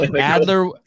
Adler